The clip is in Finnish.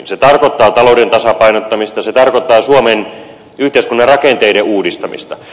se tarkoittaa talouden tasapainottamista se tarkoittaa suomen yhteiskunnan rakenteiden uudistamista